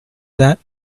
that